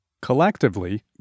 Collectively